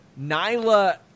Nyla